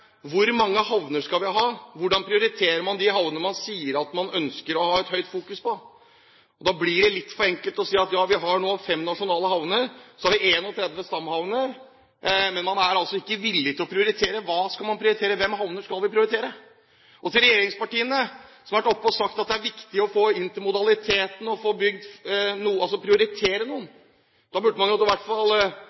hvor mange havner vi skal ha, hvordan prioriterer man de havnene man sier at man ønsker å fokusere mye på, blir litt for enkelt å si at vi har nå fem nasjonale havner, så har vi 31 stamhavner. Men man er altså ikke villig til å prioritere. Hva skal man prioritere? Hvilke havner skal vi prioritere? Til regjeringspartiene, som har vært oppe og sagt at det er viktig å få intermodalitet og få bygd noe, altså prioritere noe: I grenlandsområdet har man